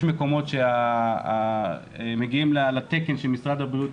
יש מקומות שמגיעים לתקן שמשרד הבריאות